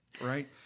Right